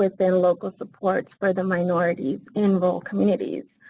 within local supports for the minorities in rural communities.